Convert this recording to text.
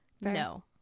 no